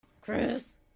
Chris